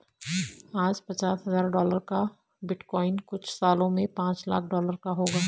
आज पचास हजार डॉलर का बिटकॉइन कुछ सालों में पांच लाख डॉलर का होगा